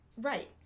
right